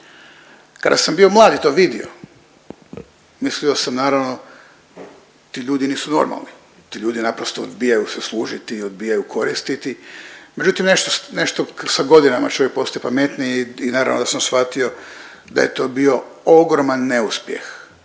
Kada sam bio mlad i to vidio, mislio sam naravno, ti ljudi nisu normalni, ti ljudi naprosto odbijaju se služiti i odbijaju koristiti međutim, nešto sa godinama čovjek postaje pametniji i naravno da sam shvatio da je to bio ogroman neuspjeh